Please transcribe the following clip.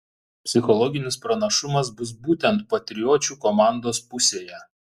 psichologinis pranašumas bus būtent patriočių komandos pusėje